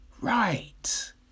Right